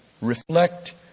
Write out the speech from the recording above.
reflect